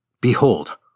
behold